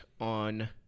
on